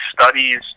studies